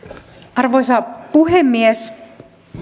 arvoisa puhemies